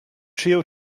trio